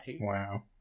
Wow